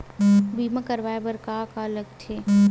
बीमा करवाय बर का का लगथे?